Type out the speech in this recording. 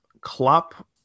Klopp